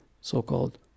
so-called